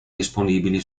disponibili